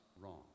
wrong